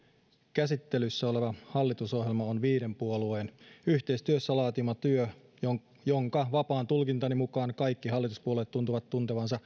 käsittelyssä oleva hallitusohjelma on viiden puolueen yhteistyössä laatima työ jonka jonka vapaan tulkintani mukaan kaikki hallituspuolueet tuntuvat tuntevan